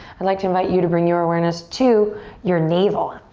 i'd like to invite you to bring your awareness to your navel.